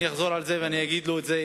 אני אחזור על זה ואני אגיד לו את זה.